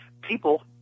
people